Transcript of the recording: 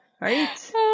right